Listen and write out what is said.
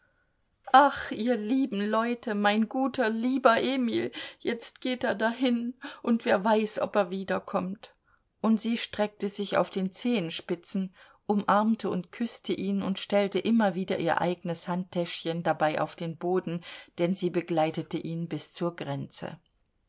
ach ihr lieben leute mein guter lieber emil jetzt geht er dahin und wer weiß ob er wiederkommt und sie streckte sich auf den zehenspitzen umarmte und küßte ihn und stellte immer wieder ihr eigenes handtäschchen dabei auf den boden denn sie begleitete ihn bis zur grenze